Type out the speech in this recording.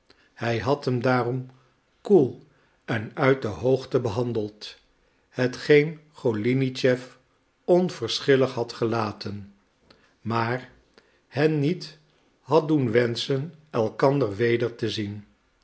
hij had hem daarom koel en uit de hoogte behandeld hetgeen golinitschef onverschillig had gelaten maar hen niet had doen wenschen elkander weder te zien